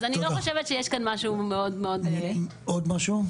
אז אני לא חושבת שיש כאן משהו מאוד --- רשות התחרות.